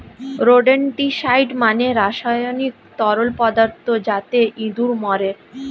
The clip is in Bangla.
রোডেনটিসাইড মানে রাসায়নিক তরল পদার্থ যাতে ইঁদুর মরে